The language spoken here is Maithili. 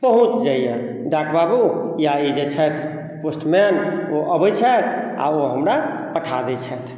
पहुँच जाइया डाक बाबू या ई जे छथि पोस्टमैन ओ अबै छथि आ ओ हमर पठा दै छथि